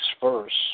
First